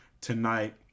tonight